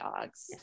dogs